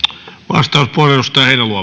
arvoisa puhemies